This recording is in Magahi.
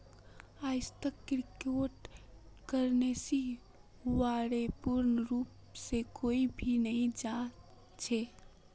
आईजतक क्रिप्टो करन्सीर बा र पूर्ण रूप स कोई भी नी जान छ